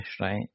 right